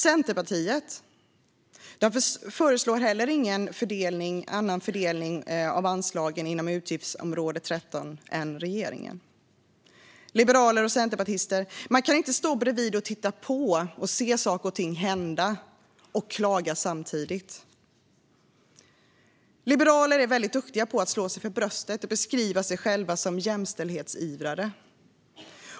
Centerpartiet föreslår heller ingen annan fördelning av anslagen inom utgiftsområde 13 än regeringen. Liberaler och centerpartister, man kan inte stå bredvid och titta på och se saker och ting hända samtidigt som man klagar! Liberaler är väldigt duktiga på att slå sig för bröstet och beskriva sig som jämställdhetsivrare.